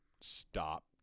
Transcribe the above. stop